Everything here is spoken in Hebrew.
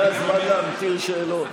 זה הזמן להמטיר שאלות.